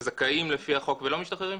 שזכאים לפי החוק ולא משתחררים.